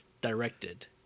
directed